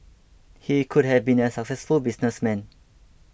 he could have been a successful businessman